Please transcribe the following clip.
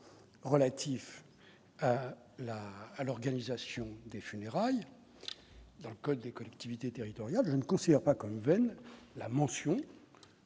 relatif la à l'organisation des funérailles dans le code des collectivités territoriales, je ne considère pas comme vaine la mention